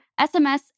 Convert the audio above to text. SMS